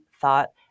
thought